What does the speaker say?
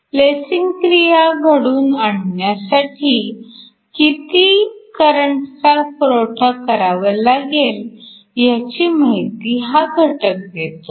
lacing क्रिया घडून येण्यासाठी किती करंटचा पुरवठा करावा लागेल ह्याची माहिती हा घटक देतो